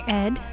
ed